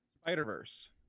Spider-Verse